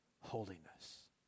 holiness